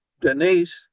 Denise